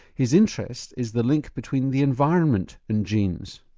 his interest is the link between the environment and genes.